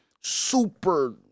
super